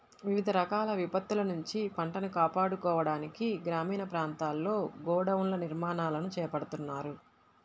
వివిధ రకాల విపత్తుల నుంచి పంటను కాపాడుకోవడానికి గ్రామీణ ప్రాంతాల్లో గోడౌన్ల నిర్మాణాలను చేపడుతున్నారు